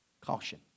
Caution